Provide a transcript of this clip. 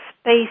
space